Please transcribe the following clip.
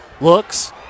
looks